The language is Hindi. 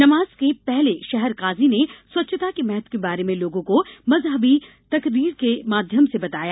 नमाज़ से पहले शहर काजी ने स्वच्छता के महत्व के बारे में लोगों को मज़हबी तकरीर के माध्यम से बताया